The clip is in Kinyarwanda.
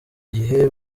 gihe